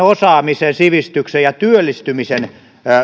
osaamisen sivistyksen ja työllistymisen